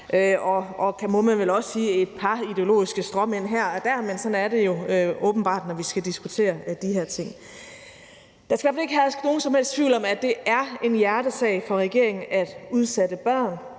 – må man vel også sige – et par ideologiske stråmænd her og der, men sådan er det jo åbenbart, når vi skal diskutere de her ting. Der skal i hvert fald ikke herske nogen som helst tvivl om, at det er en hjertesag for regeringen, at udsatte børn,